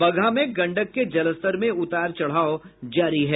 बगहा में गंडक के जलस्तर में उतार चढ़ाव जारी है